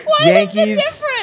Yankees